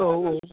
औ औ